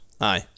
Aye